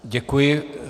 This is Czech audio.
Děkuji.